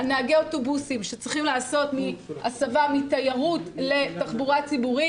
על נהגי אוטובוסים שצריכים לעשות הסבה מתיירות לתחבורה ציבורית.